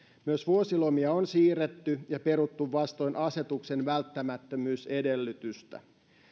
myös vuosilomia on siirretty ja peruttu vastoin asetuksen välttämättömyysedellytystä